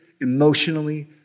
emotionally